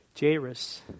Jairus